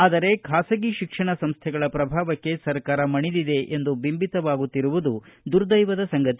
ಆದರೆ ಖಾಸಗಿ ಶಿಕ್ಷಣ ಸಂಸ್ಟೆಗಳ ಪ್ರಭಾವಕ್ಕೆ ಸರ್ಕಾರ ಮಣಿದಿದೆ ಎಂದು ಬಿಂಬಿತವಾಗುತ್ತಿರುವುದು ದುರ್ದೈವದ ಸಂಗತಿ